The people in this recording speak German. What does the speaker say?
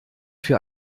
für